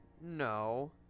No